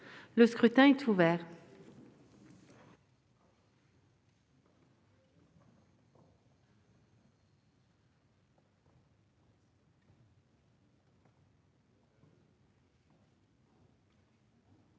Le scrutin est ouvert.